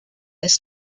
this